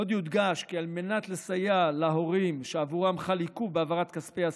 עוד יודגש כי על מנת לסייע להורים שעבורם חל עיכוב בהעברת כספי הסבסוד,